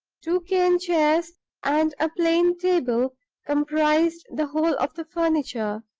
two cane chairs and a plain table comprised the whole of the furniture.